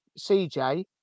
CJ